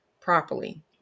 properly